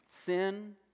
Sin